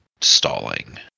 stalling